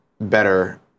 better